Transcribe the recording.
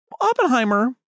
Oppenheimer